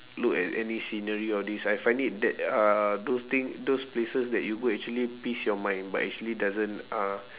look at any scenery all this I find it that uh those thing those places that you go actually peace your mind but actually doesn't uh